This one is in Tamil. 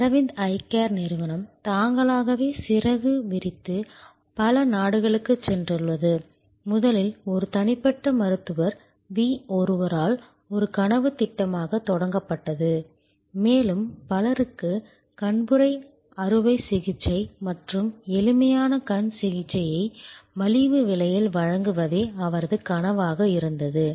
அரவிந்த் ஐ கேர் நிறுவனம் தாங்களாகவே சிறகு விரித்து பல நாடுகளுக்குச் சென்றுள்ளது முதலில் ஒரு தனிப்பட்ட மருத்துவர் V ஒருவரால் ஒரு கனவுத் திட்டமாகத் தொடங்கப்பட்டது மேலும் பலருக்கு கண்புரை அறுவை சிகிச்சை மற்றும் எளிமையான கண் சிகிச்சையை மலிவு விலையில் வழங்குவதே அவரது கனவாக இருந்தது